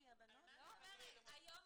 היום,